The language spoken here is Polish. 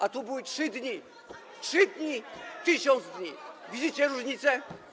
A tu były 3 dni. 3 dni a 1000 dni - widzicie różnicę?